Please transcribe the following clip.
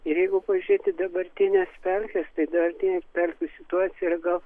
ir jeigu pažiūrėti į dabartines pelkes tai dabartinė pelkių situacija yra gal